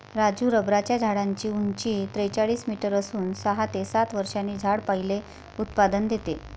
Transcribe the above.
राजू रबराच्या झाडाची उंची त्रेचाळीस मीटर असून सहा ते सात वर्षांनी झाड पहिले उत्पादन देते